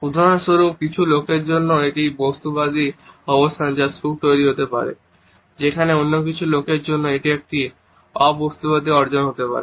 উদাহরণস্বরূপ কিছু লোকের জন্য এটি বস্তুবাদী অবস্থান যা সুখ তৈরি করতে পারে যেখানে অন্য কিছু লোকের জন্য এটি একটি অ বস্তুবাদী অর্জন হতে পারে